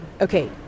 Okay